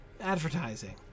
Advertising